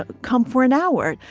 ah come for an hour?